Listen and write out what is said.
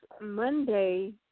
Monday